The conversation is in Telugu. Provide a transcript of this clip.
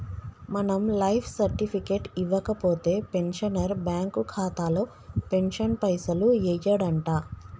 మనం లైఫ్ సర్టిఫికెట్ ఇవ్వకపోతే పెన్షనర్ బ్యాంకు ఖాతాలో పెన్షన్ పైసలు యెయ్యడంట